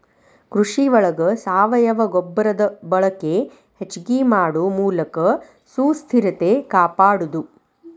ಕೃಷಿ ಒಳಗ ಸಾವಯುವ ಗೊಬ್ಬರದ ಬಳಕೆ ಹೆಚಗಿ ಮಾಡು ಮೂಲಕ ಸುಸ್ಥಿರತೆ ಕಾಪಾಡುದು